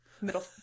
Middle